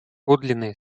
подлинное